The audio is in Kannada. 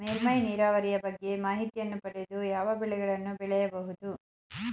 ಮೇಲ್ಮೈ ನೀರಾವರಿಯ ಬಗ್ಗೆ ಮಾಹಿತಿಯನ್ನು ಪಡೆದು ಯಾವ ಬೆಳೆಗಳನ್ನು ಬೆಳೆಯಬಹುದು?